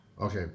Okay